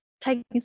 taking